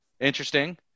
interesting